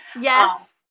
Yes